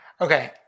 Okay